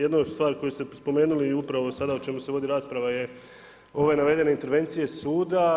Jedna stvar koju ste spomenuli i upravo sada o čemu se vodi rasprava je ove navedene intervencije suda.